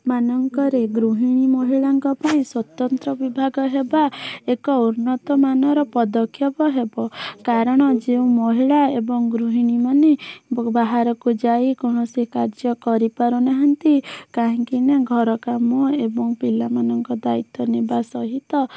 ମାନଙ୍କରେ ଗୃହିଣୀ ମହିଳାମାନଙ୍କ ପାଇଁ ସ୍ଵତନ୍ତ୍ର ବିଭାଗ ହେବା ଏକ ଉନ୍ନତମାନର ପଦକ୍ଷେପ ହେବ କାରଣ ଯେଉଁ ମହିଳା ଏବଂ ଗୃହିଣୀମାନେ ବାହାରକୁ ଯାଇ କୌଣସି କାର୍ଯ୍ୟ କରିପାରୁନାହାନ୍ତି କାହିଁକିନା ଘରକାମ ପିଲାମାନଙ୍କ ଦାୟିତ୍ଵ ନେବା ସହିତ